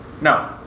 No